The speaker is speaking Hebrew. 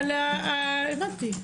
הבנתי.